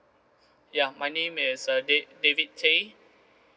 ya my name is uh da~ david tay